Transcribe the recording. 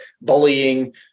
bullying